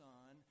Son